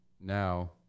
Now